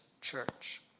church